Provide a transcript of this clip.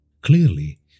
Clearly